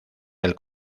del